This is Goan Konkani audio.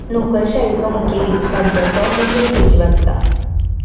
नोकरशायेचो मुखेली राज्याचो मुखेल सचीव आसता